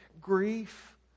grief